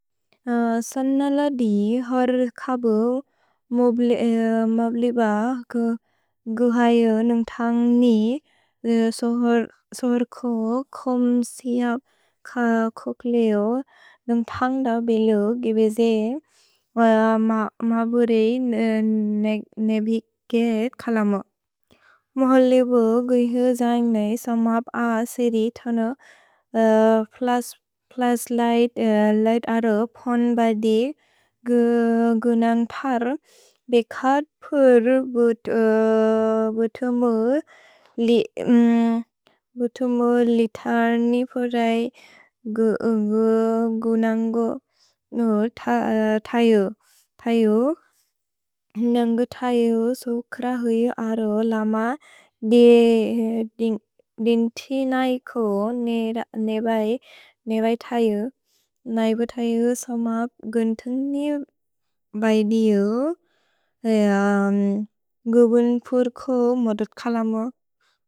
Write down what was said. स नलदि होर् खबु मोब् लिब गु हैओ नुन्ग् थन्ग् नि, सोहोर् खोम् सिअप् खोक् लेओ नुन्ग् थन्ग् द बिलु गिबे जे म बुरि नेभिकेत् कलम। म लिब गु हैओ जन्ग् नेइ, स मप् अ सेरे थन प्लस् लिघ्त् अरो पोन् बदि गु नन्ग् थर् बेखत् पुर् बुतु मो लि थर् नि पोर् दै गु नन्ग् थयो। थयो, नन्गु थयो सुक्र हुइ अरो लम दे दिन्थि नै को नेबै थयो। नैबु थयो स मप् गुन्थन्ग् नि बदि गु गु बुन् पुर् को मोदुत् कलम।